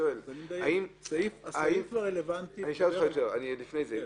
הסעיף הרלוונטי --- אני עוד לפני זה.